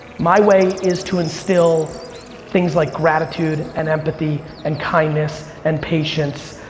my way is to instill things like gratitude, and empathy, and kindness and patience.